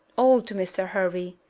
all to mr. hervey.